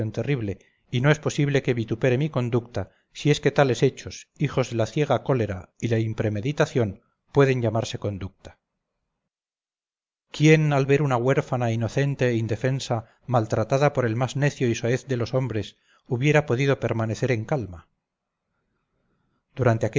terrible y no es posible que vitupere mi conducta si es que tales hechos hijos de la ciega cólera y la impremeditación pueden llamarse conducta quién al ver una huérfana inocente e indefensa maltratada por el más necio y soez de los hombres hubiera podido permanecer en calma durante